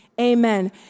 Amen